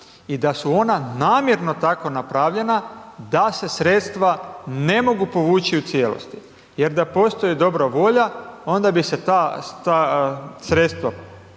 i da su ona namjerno tako napravljena da se sredstva ne mogu povući u cijelosti jer da postoji dobra volja onda bi se ta sredstva